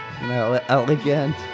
elegant